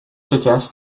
suggests